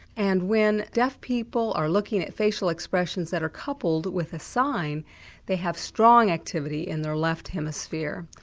and when deaf people are looking at facial expressions that are coupled with a sign they have strong activity in their left hemisphere.